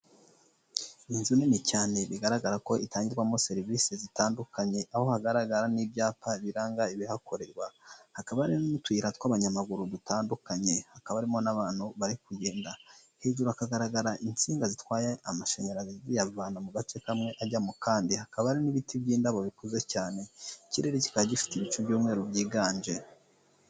Inzu nini cyane bigaragara ko itangirwamo serivise zitandukanye, aho hagaragara n'ibyapa biranga ibihakorerwa, hakaba hari n'utuyira tw'abanyamaguru dutandukanye, hakaba harimo n'abantu bari kugenda, hejuru hakagaragara insinga zitwaye amashanyarazi ziyavana mu gace kamwe ajya mu kandi, hakaba hari n'ibiti by'indabo bikuze cyane, ikirere kikaba gifite ibicu by'umweru byiganje.